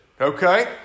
okay